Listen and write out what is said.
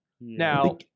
Now